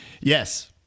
Yes